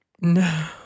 No